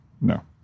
No